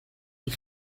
die